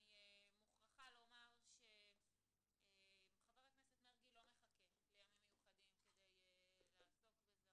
אני מוכרחה לומר שחבר הכנסת מרגי לא מחכה לימים מיוחדים כדי לעסוק בזה.